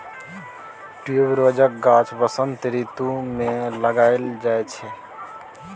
ट्युबरोजक गाछ बसंत रितु मे लगाएल जाइ छै